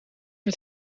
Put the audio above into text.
met